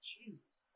Jesus